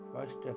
First